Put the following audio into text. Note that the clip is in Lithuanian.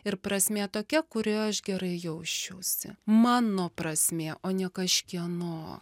ir prasmė tokia kurioje aš gerai jausčiausi mano prasmė o ne kažkieno